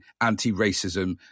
anti-racism